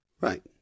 Right